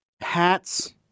Hats